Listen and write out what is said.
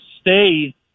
stay